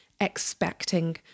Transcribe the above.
expecting